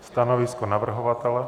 Stanovisko navrhovatele.